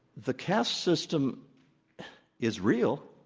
the caste system is real.